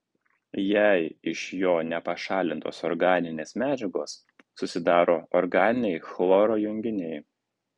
jei iš jo nepašalintos organinės medžiagos susidaro organiniai chloro junginiai